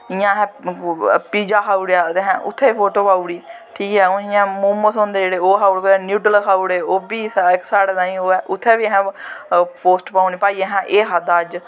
जियां असें पीजा खाई ओड़ेेआ उत्थें बी फोटो असें फोटो पाई ओड़ी ठीक ऐ जियां हून मोमोस होंदे ठीक ऐ ओह् खाई ओड़े न्यूडल खाई ओड़े इक साढ़े तांई ओह् ऐ उत्थें बी पोस्ट पाई ओड़नी भाई एह् खाद्धा असें